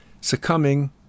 succumbing